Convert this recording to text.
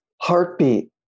heartbeat